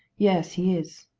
yes, he is,